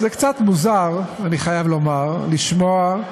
זה קצת מוזר, אני חייב לומר, לשמוע,